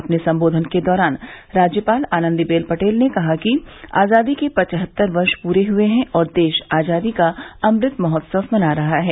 अपने संबोधन के दौरान राज्यपाल आनंदीबेन पटेल ने कहा कि आजादी के पचहत्तर वर्ष पूरे हुए हैं और देश आजादी का अमृत महोत्सव मना रहा है